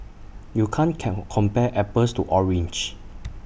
you can't can compare apples to oranges